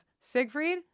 Siegfried